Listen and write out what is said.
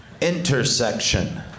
Intersection